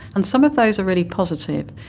and some of those are really positive.